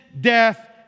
death